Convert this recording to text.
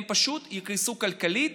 הם פשוט יקרסו כלכלית.